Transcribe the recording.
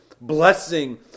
blessing